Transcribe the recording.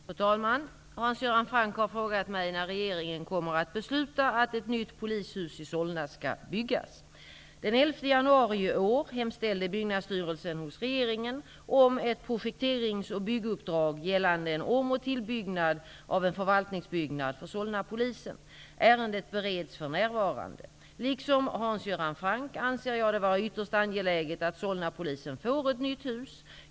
Fru talman! Hans Göran Franck har frågat mig när regeringen kommer att besluta att ett nytt polishus i Solna skall byggas. Den 11 januari i år hemställde Byggnadsstyrelsen hos regeringen om ett projekterings och bygguppdrag gällande en om och tillbyggnad av en förvaltningsbyggnad för Solnapolisen. Ärendet bereds för närvarande. Liksom Hans Göran Franck anser jag det vara ytterst angeläget att Solnapolisen får ett nytt hus.